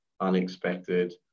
unexpected